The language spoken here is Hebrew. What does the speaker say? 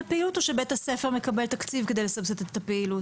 הפעילות או שבית הספר מקבל תקציב כדי לסבסד את הפעילות?